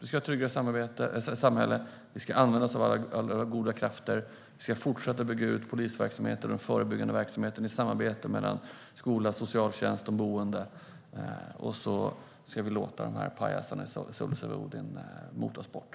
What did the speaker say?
Vi ska ha ett tryggare samhälle, använda oss av alla goda krafter och fortsätta att bygga ut polisverksamheten och den förebyggande verksamheten i samarbete mellan skola, socialtjänst och boende. Sedan ska vi låta pajasarna i Soldiers of Odin motas bort.